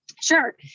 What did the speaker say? Sure